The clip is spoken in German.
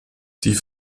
die